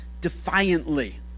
defiantly